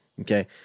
Okay